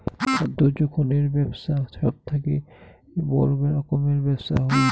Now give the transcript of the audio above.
খাদ্য যোখনের বেপছা সব থাকি বড় রকমের ব্যপছা হই